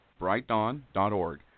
brightdawn.org